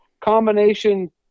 combination